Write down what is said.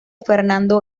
fernando